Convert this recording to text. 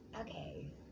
Okay